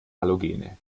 halogene